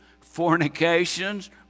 fornications